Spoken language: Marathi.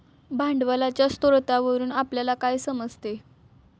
भांडवलाच्या स्रोतावरून आपल्याला काय समजते?